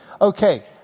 Okay